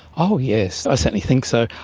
oh yes, i certainly think so.